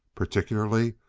particularly,